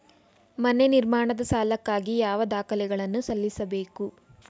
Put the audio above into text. ಮನೆ ನಿರ್ಮಾಣದ ಸಾಲಕ್ಕಾಗಿ ಯಾವ ದಾಖಲೆಗಳನ್ನು ಸಲ್ಲಿಸಬೇಕು?